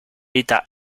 l’état